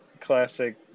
classic